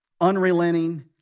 unrelenting